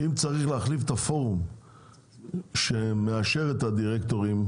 אם צריך להחליף את הפורום שמאשר את הדירקטורים,